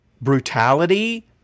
brutality